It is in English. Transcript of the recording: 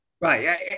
Right